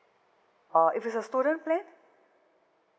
orh if it's a student plan